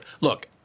Look